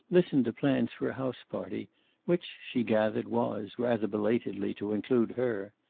listened to plans for a house-party which she gathered was, rather belatedly, to include her.